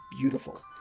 beautiful